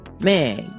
man